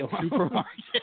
supermarket